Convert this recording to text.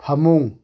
ꯐꯃꯨꯡ